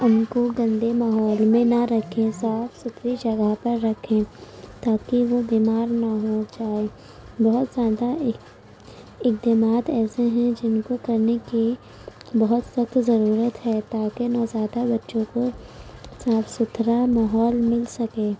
ان کو گندے ماحول میں نہ رکھیں صاف ستھری جگہ پر رکھیں تاکہ وہ بیمار نہ ہو جائیں بہت زیادہ اعتماد ایسے ہیں جن کو کرنے کی بہت سخت ضرورت ہے تاکہ نوزائیدہ بچوں کو صاف ستھرا ماحول مل سکے